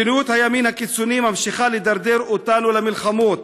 מדיניות הימין הקיצוני ממשיכה לדרדר אותנו למלחמות.